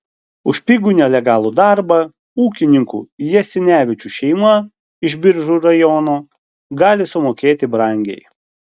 už pigų nelegalų darbą ūkininkų jasinevičių šeima iš biržų rajono gali sumokėti brangiai